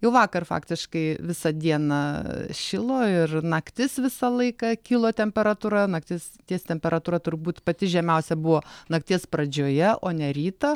jau vakar faktiškai visą dieną šilo ir naktis visą laiką kilo temperatūra naktis ties temperatūra turbūt pati žemiausia buvo nakties pradžioje o ne rytą